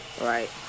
Right